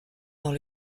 dans